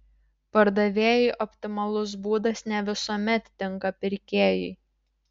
pardavėjui optimalus būdas ne visuomet tinka pirkėjui